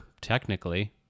technically